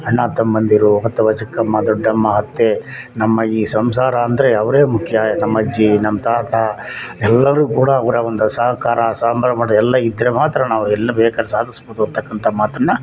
ಅಣ್ಣ ತಮ್ಮಂದಿರು ಅಥವಾ ಚಿಕ್ಕಮ್ಮ ದೊಡ್ಡಮ್ಮ ಅತ್ತೆ ನಮ್ಮ ಈ ಸಂಸಾರ ಅಂದರೆ ಅವರೇ ಮುಖ್ಯ ನಮ್ಮ ಅಜ್ಜಿ ನಮ್ಮ ತಾತ ಎಲ್ಲರೂ ಕೂಡ ಅವರ ಒಂದು ಸಹಕಾರ ಸಂಭ್ರಮದ ಎಲ್ಲ ಇದ್ದರೆ ಮಾತ್ರ ನಾವು ಎಲ್ಲ ಬೇಕಾದ್ರೆ ಸಾಧಿಸ್ಬೋದು ಅಂತಕ್ಕಂಥ ಮಾತನ್ನು